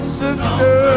sister